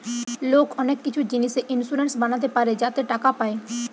লোক অনেক কিছু জিনিসে ইন্সুরেন্স বানাতে পারে যাতে টাকা পায়